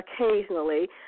occasionally